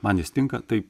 man jis tinka tai